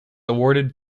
awarded